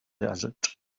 desert